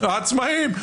העצמאים.